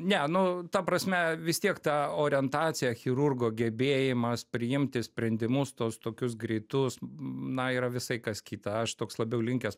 ne nu ta prasme vis tiek ta orientacija chirurgo gebėjimas priimti sprendimus tuos tokius greitus na yra visai kas kita aš toks labiau linkęs